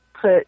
put